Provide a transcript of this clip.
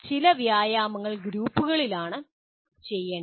ചില വ്യായാമങ്ങൾ ഗ്രൂപ്പുകളിലാണ് ചെയ്യുന്നത്